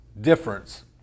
difference